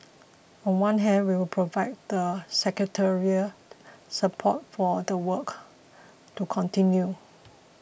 on one hand we'll provide the secretariat support for the work to continue